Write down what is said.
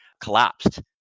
collapsed